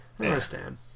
understand